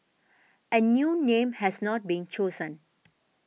a new name has not been chosen